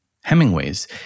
Hemingway's